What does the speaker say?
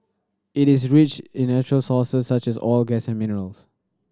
it is rich in natural resources such as oil gas and minerals